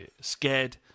scared